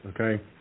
okay